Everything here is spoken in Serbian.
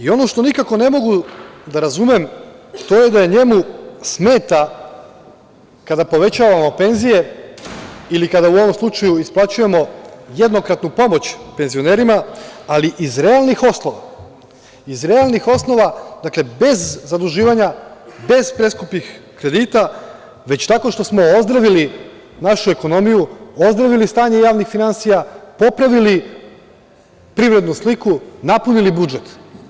Ono što nikako ne mogu da razumem to je da njemu smeta kada povećavamo penzije ili kada u ovom slučaju isplaćujemo jednokratnu pomoć penzionerima, ali iz realnih osnova, dakle bez zaduživanja, bez preskupih kredita, već tako što smo ozdravili našu ekonomiju, ozdravili stanje javnih finansija, popravili privrednu sliku, napunili budžet.